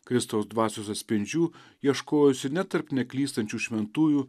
kristaus dvasios atspindžių ieškojosi ne tarp neklystančių šventųjų